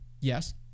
Yes